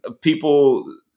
people